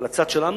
על הצד שלנו,